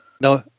No